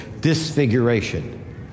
disfiguration